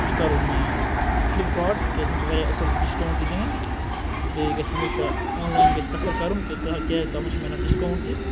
یہِ کَرُن فِلپکاٹ کیازِ یِم چھِ واریاہ اصل ڈِسکاوُنٹ تہِ دِوان بیٚیہِ گَژھِ ہَمیشہ آنلاین گَژھِ پریٚفر کَرُن کیاز تتھ مَنٛز چھُ ملان ڈِسکاوُنٹ تہِ